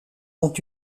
ont